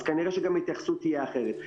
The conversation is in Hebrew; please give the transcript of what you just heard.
אז כנראה שגם ההתייחסות תהיה אחרת.